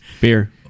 Beer